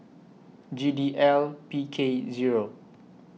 G D L P K Zero